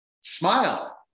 Smile